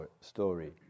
story